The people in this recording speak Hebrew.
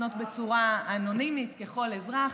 לפנות בצורה אנונימית ככל אזרח.